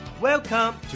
welcome